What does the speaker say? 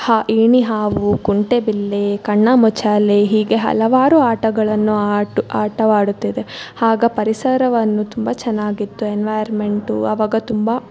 ಹಾ ಏಣಿ ಹಾವು ಕುಂಟೆಬಿಲ್ಲೆ ಕಣ್ಣಮುಚ್ಚಾಲೆ ಹೀಗೆ ಹಲವಾರು ಆಟಗಳನ್ನು ಆಟ ಆಟವಾಡುತ್ತಿದೆ ಆಗ ಪರಿಸರವನ್ನು ತುಂಬ ಚೆನಾಗಿತ್ತು ಎನ್ವಾರ್ರ್ಮೆಂಟು ಅವಾಗ ತುಂಬ